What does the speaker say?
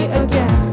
again